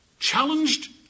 Challenged